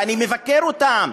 ואני מבקר אותם,